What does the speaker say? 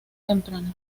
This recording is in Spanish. temprana